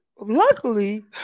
luckily